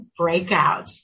breakouts